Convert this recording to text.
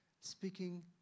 speaking